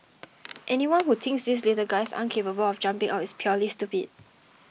anyone who thinks these little guys aren't capable of jumping out is purely stupid